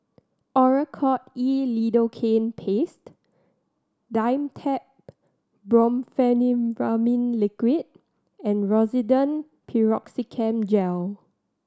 Oracort E Lidocaine Paste Dimetapp Brompheniramine Liquid and Rosiden Piroxicam Gel